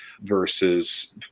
versus